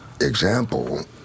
example